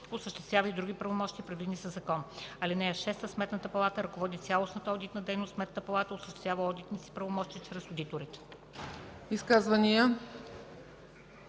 осъществява и други правомощия, предвидени със закон. (6) Сметната палата ръководи цялостната одитна дейност. Сметната палата осъществява одитните си правомощия чрез одиторите.”